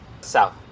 South